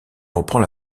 reprend